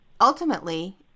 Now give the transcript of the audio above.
ultimately